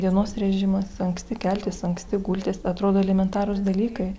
dienos režimas anksti keltis anksti gultis atrodo elementarūs dalykai